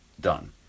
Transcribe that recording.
done